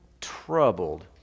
troubled